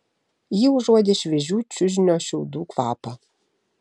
ji užuodė šviežių čiužinio šiaudų kvapą